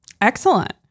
Excellent